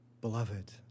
Beloved